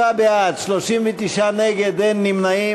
57 בעד, 39 נגד, אין נמנעים.